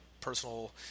personal